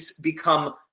become